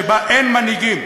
שבה אין מנהיגים,